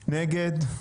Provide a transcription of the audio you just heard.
נגד?